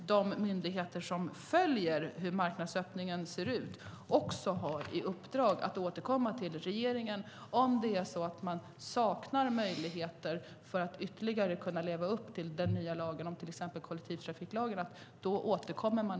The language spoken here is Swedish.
De myndigheter som följer hur marknadsöppningen ser ut har också fått i uppdrag att återkomma till regeringen med förslag på åtgärder om det är så att man saknar möjligheter att ytterligare leva upp till exempelvis den nya kollektivtrafiklagen.